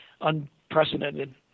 unprecedented